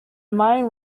mind